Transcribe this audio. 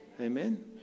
Amen